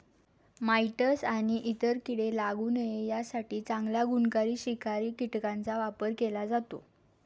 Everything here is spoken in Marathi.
माइटस आणि इतर कीडे लागू नये यासाठी चांगल्या गुणकारी शिकारी कीटकांचा वापर केला जातो